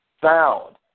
found